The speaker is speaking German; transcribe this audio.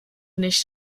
nicht